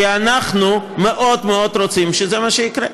כי אנחנו מאוד מאוד רוצים שזה מה שיקרה,